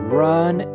run